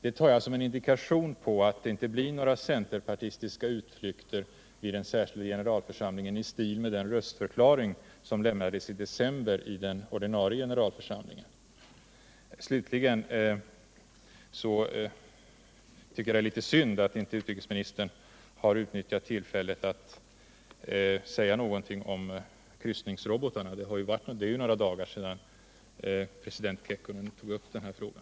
Det tar jag som en indikation på att det inte blir några centerpartstiska utflykter vid den. särskilda generalförsamlingen, i stil med den röstförklaring som lämnades vid den ordinarie generalförsamlingen I december. Slutligen tycker jag det är svnd alt inte utrikesministern utnyttjat tillfället alt säga någonting om kryssningsrobotarna. Det är ju bara några dagar sedan president Kekkonen tog upp den frågan.